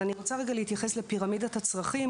אבל אני רוצה רגע להתייחס לפירמידת הצרכים,